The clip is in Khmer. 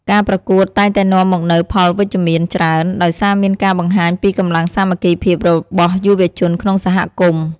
ការប្រកួតតែងតែនាំមកនូវផលវិជ្ជមានច្រើន ដោយសារមានការបង្ហាញពីកម្លាំងសាមគ្គីភាពរបស់យុវជនក្នុងសហគមន៍។